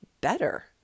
better